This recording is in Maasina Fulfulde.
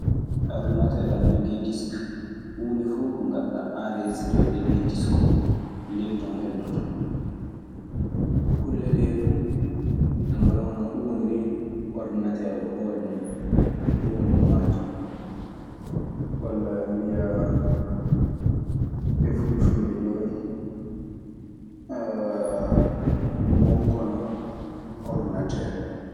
Orinater ana jogii diski huunde fuu ko ngaɗɗa anresistere ley disiki oo ley ton heddotoo. Kulle ɗee fu, ana wayi hono ɗun woni reedu ordinateer oo e hoore muuɗun. Ɗun woni ko marotoo. Walla mbiyaa, e fulfulde jooni ɗu bonkono ordinateer.